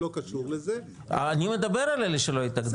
לא קשור לזה -- אני מדבר על אלה שלא התאגדו.